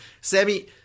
Sammy